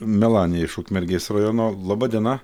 melanija iš ukmergės rajono laba diena